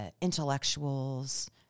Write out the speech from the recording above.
intellectuals